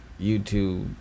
YouTube